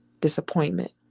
Disappointment